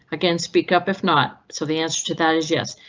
again, speak up if not so the answer to that is yes.